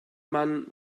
man